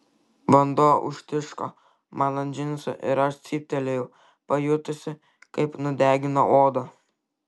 vanduo užtiško man ant džinsų ir aš cyptelėjau pajutusi kaip nudegino odą